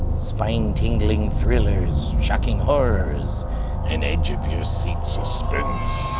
spine tingling thrillers, shocking horrors and edge of your seat suspense.